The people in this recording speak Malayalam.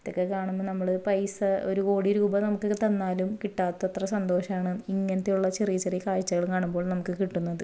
ഇതൊക്കെ കാണുമ്പം നമ്മൾ പൈസ ഒരു കോടി രൂപ നമുക്ക് തന്നാലും കിട്ടാത്തത്ര സന്തോഷമാണ് ഇങ്ങനത്തെയുള്ള ചെറിയ ചെറിയ കാഴ്ചകൾ കാണുമ്പോൾ നമുക്ക് കിട്ടുന്നത്